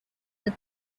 the